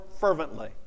fervently